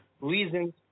reasons